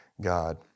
God